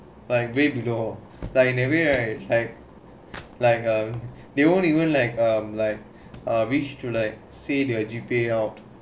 like way to go like in a way right like um like um you won't even like um like a wish to see like your G_P_A out